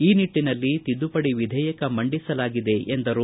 ಈ ನಿಟ್ಟನಲ್ಲಿ ತಿದ್ದುಪಡಿ ವಿಧೇಯಕ ಮಂಡಿಸಲಾಗಿದೆ ಎಂದರು